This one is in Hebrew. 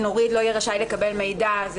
"לא יהיה רשאי לקבל מידע על ענייניו של הקטין",